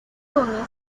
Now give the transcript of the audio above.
con